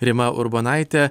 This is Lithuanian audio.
rima urbonaitė